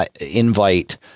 invite